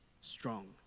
strong